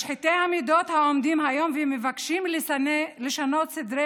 משחיתי המידות העומדים היום ומבקשים לשנות סדרי